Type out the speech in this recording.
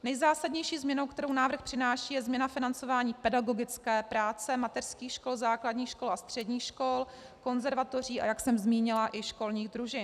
Nejzásadnější změnou, kterou návrh přináší, je změna financování pedagogické práce mateřských škol, základních škol a středních škol, konzervatoří, a jak jsem zmínila, i školních družin.